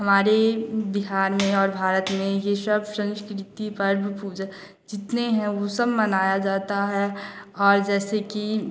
हमारे बिहार में और भारत में यह सब संस्कृति पर्व पूजा जितने हैं वह सब मनाया जाता है और जैसे की